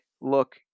look